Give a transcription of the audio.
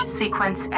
sequence